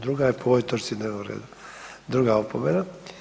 Druga je po ovoj točci dnevnog reda, druga opomena.